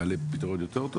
אם יהיה להם פתרון יותר טוב